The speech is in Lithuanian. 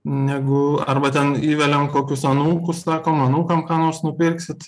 negu arba ten įveliam kokius anūkus sakom anūkam ką nors nupirksit